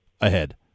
ahead